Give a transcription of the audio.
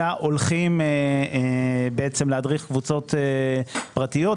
אלא הולכים להדריך קבוצות פרטיות,